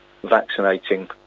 vaccinating